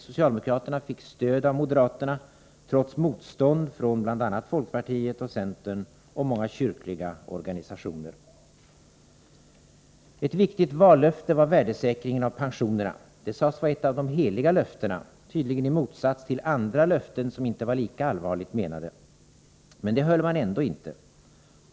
Socialdemokraterna fick stöd av moderaterna trots motstånd från bl.a. folkpartiet, centern och många kyrkliga organisationer. Ett viktigt vallöfte var värdesäkringen av pensionerna. Det sades vara ett av de ”heliga” löftena, tydligen i motsats till andra löften som inte var lika allvarligt menade. Men det höll man ändå inte.